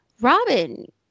Robin